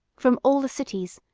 from all the cities,